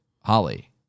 Holly